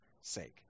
sake